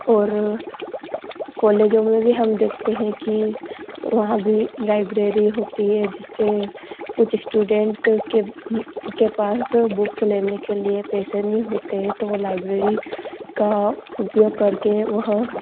और कॉलेजों में भी हम देखते हैं कि वहाँ भी लाइब्रेरी होती है जिससे कुछ स्टूडेंट के के पास बुक्स लेने के लिए पैसे नहीं होते हैं तो वह लाइब्रेरी का उपयोग करके वह